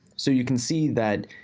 so you can see that.